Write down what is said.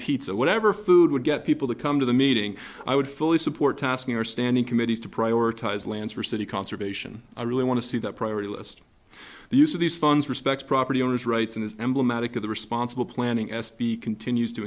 pizza whatever food would get people to come to the meeting i would fully support tasking our standing committees to prioritize lands for city conservation i really want to see that priority list the use of these funds respects property owners rights and is emblematic of the responsible planning s b continues to